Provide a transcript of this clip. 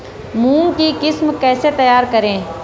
मूंग की किस्म कैसे तैयार करें?